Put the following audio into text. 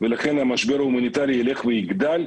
לכן המשבר ההומניטרי ילך ויגדל,